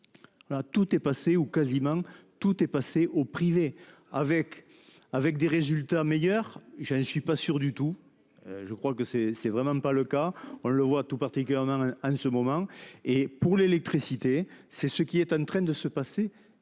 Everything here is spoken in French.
Tout est passé ou quasiment tout est passé au privé avec avec des résultats meilleurs. Je ne suis pas sûr du tout. Je crois que c'est c'est vraiment pas le cas, on le voit, tout particulièrement en ce moment et pour l'électricité, c'est ce qui est en train de se passer